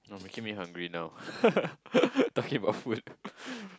no making me hungry now talking about food